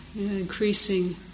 increasing